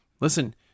Listen